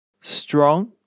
strong